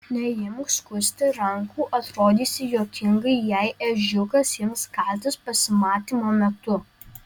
neimk skusti rankų atrodysi juokingai jei ežiukas ims kaltis pasimatymo metu